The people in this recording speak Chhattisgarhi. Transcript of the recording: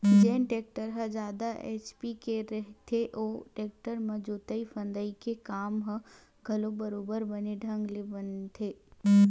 जेन टेक्टर ह जादा एच.पी के रहिथे ओ टेक्टर म जोतई फंदई के काम ह घलोक बरोबर बने ढंग के बनथे